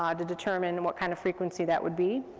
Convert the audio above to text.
um to determine what kind of frequency that would be.